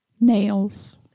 Nails